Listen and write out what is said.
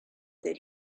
that